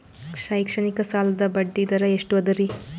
ಶೈಕ್ಷಣಿಕ ಸಾಲದ ಬಡ್ಡಿ ದರ ಎಷ್ಟು ಅದರಿ?